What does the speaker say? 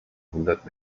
hundert